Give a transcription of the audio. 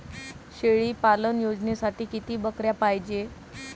शेळी पालन योजनेसाठी किती बकऱ्या पायजे?